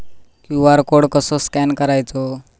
QR code कसो scan करायचो?